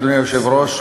אדוני היושב-ראש,